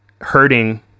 hurting